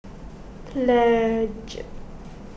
pledge